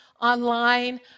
online